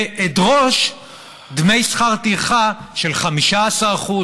ואדרוש דמי שכר טרחה של 15%,